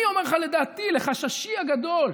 אני אומר לך, לדעתי, לחששי הגדול,